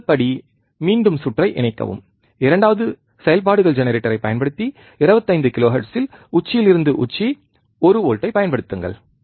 முதல் படி மீண்டும் சுற்றை இணைக்கவும் இரண்டாவது செயல்பாடுகள் ஜெனரேட்டரைப் பயன்படுத்தி 25 கிலோஹெர்ட்ஸில் உச்சியிலிருந்து உச்சி ஒரு வோல்ட்ஐ பயன்படுத்துங்கள்